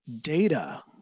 data